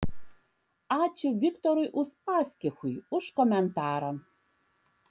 ačiū viktorui uspaskichui už komentarą